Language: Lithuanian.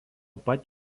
pat